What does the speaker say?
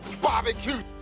barbecue